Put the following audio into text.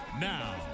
Now